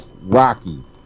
Rocky